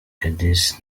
edouce